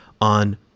on